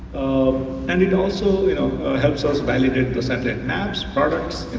um and it also helps us validate the satellite maps, products.